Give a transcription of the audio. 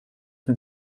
mit